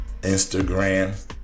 Instagram